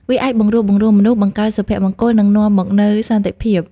វាអាចបង្រួបបង្រួមមនុស្ស បង្កើតសុភមង្គល និងនាំមកនូវសន្តិភាព។